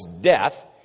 death